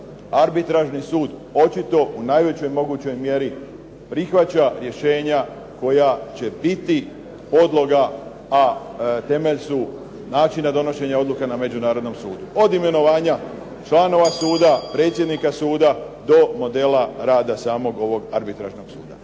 arbitražni sud očito u najvećoj mogućoj mjeri prihvaća rješenja koja će biti podloga, a temelj su načina donošenja odluka na međunarodnom sudu, od imenovanja članova suda, predsjednika suda, do modela rada samog ovog arbitražnog suda.